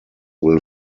will